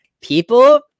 people